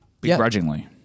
Begrudgingly